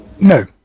No